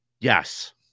Yes